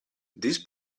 this